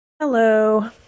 Hello